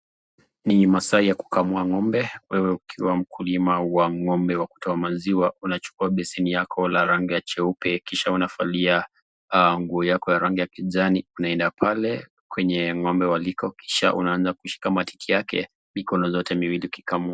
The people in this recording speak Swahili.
Ni masaa ya kukamua ng'ombe, wewe ukiwa mkulima wa ng'ombe wa kutoa maziwa, unachukua beseni yako la rangi ya jeupe kisha unavalia nguo yako ya rangi ya kijani unaenda pale kwenye ng'ombe waliko kisha unaanza kushika matiti yake mikono zote miwili ukikamua.